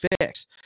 fix